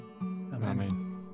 Amen